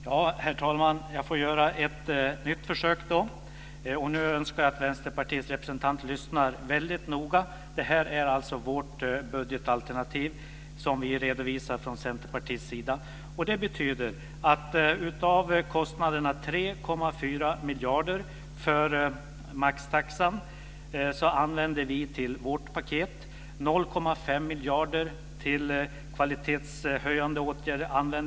Herr talman! Jag får göra ett nytt försök. Och nu önskar jag att Vänsterpartiets representant lyssnar väldigt noga. Det här är alltså det budgetalternativ som vi redovisar från Centerpartiet. Av kostnaden för maxtaxan på 3,4 miljarder använder vi till vårt paket 0,5 miljarder till kvalitetshöjande åtgärder.